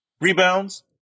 Rebounds